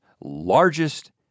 largest